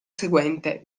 seguente